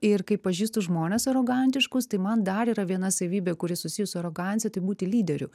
ir kai pažįstu žmones arogantiškus tai man dar yra viena savybė kuri susijus su arogancija tai būti lyderiu